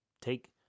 take